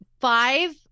Five